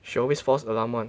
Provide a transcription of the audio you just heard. she always false alarm [one]